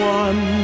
one